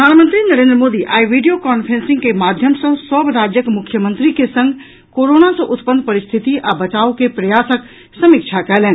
प्रधानमंत्री नरेन्द्र मोदी आइ video conferencing के माध्यम सँ सभ राज्यक मुख्यमंत्री के संग कोरोना सँ उत्पन्न परिस्थिति आ बचाव के प्रयासक समीक्षा कयलनि